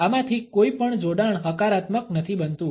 આમાંથી કોઈ પણ જોડાણ હકારાત્મક નથી બનતું